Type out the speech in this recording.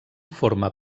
forma